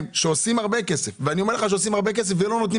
שעושים הרבה כסף אני אומר לך שעושים הרבה כסף ולא נותנים.